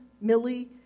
Millie